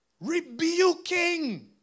rebuking